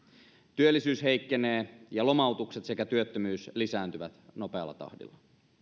työllisyys heikkenee ja lomautukset sekä työttömyys lisääntyvät nopealla tahdilla